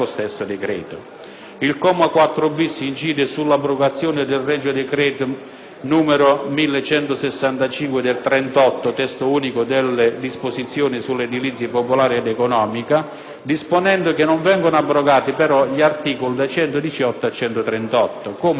Il comma 4-*bis* incide sull'abrogazione del regio decreto n. 1165 del 1938, Testo unico delle disposizioni sull'edilizia popolare ed economica, disponendo che non vengano però abrogati gli articoli da 118 a 138, come attualmente previsto,